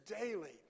daily